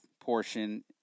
portion